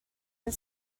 and